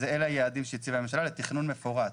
אלה היעדים שהציבה הממשלה לתכנון מפורט.